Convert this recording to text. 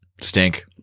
Stink